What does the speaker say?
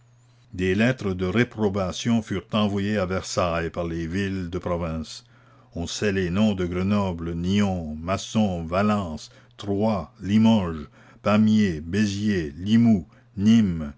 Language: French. des lettres de réprobation furent envoyées à versailles par les villes de province on sait les noms de grenoble nyons mâcon valence troyes limoges pamiers béziers